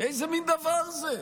איזה מין דבר זה?